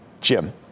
Jim